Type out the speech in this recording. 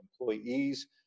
employees